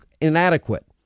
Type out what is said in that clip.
inadequate